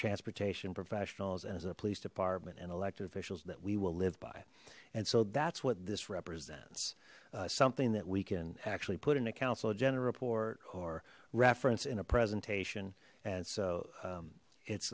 transportation professionals and as a police department and elected officials that we will live by and so that's what this represents something that we can actually put in a council agenda report or reference in a presentation and so it's